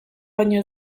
baino